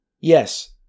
yes